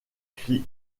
christ